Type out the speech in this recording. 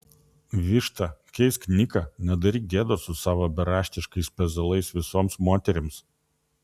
višta keisk niką nedaryk gėdos su savo beraštiškais pezalais visoms moterims